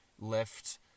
left